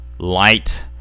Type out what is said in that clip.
light